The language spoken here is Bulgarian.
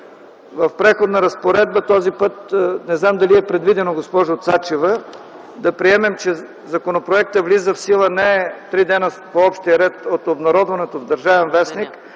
в Преходна разпоредба този път, не знам дали е предвидено, госпожо Цачева, да приемем, че законопроектът влиза в сила не по общия ред - 3 дни от обнародването му в „Държавен вестник”,